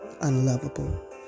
unlovable